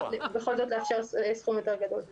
בכל זאת להציע סכום גדול יותר.